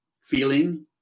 feeling